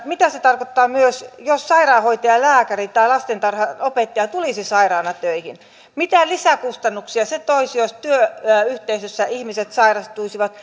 mitä se tarkoittaa myös jos sairaanhoitaja lääkäri tai lastentarhanopettaja tulisi sairaana töihin mitä lisäkustannuksia se toisi jos työyhteisössä ihmiset sairastuisivat